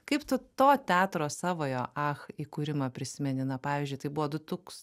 kaip tu to teatro savojo ach įkūrimą prisimeni na pavyzdžiui tai buvo du tūks